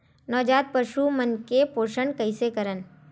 नवजात पशु मन के पोषण कइसे करन?